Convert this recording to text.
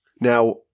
Now